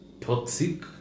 toxic